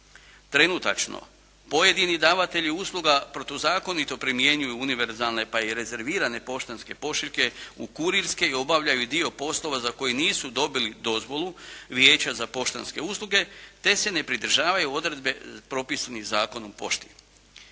Trenutačno pojedini davatelji usluga protuzakonito primjenjuju univerzalne pa i rezervirane poštanske pošiljke u kurirske i obavljaju dio poslova za koje nisu dobili dozvolu Vijeća za poštanske usluge te se ne pridržavaju odredbe propisanih Zakonom o pošti.